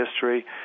history